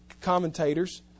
commentators